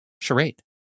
Charade